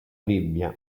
bibbia